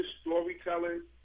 storytelling